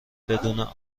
بدون